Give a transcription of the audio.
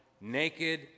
naked